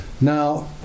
Now